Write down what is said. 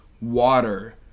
water